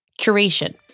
Curation